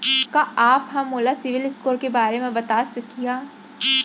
का आप हा मोला सिविल स्कोर के बारे मा बता सकिहा?